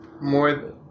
more